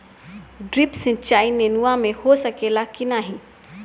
Drip सिंचाई नेनुआ में हो सकेला की नाही?